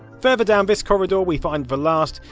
further down this corridor we find the last,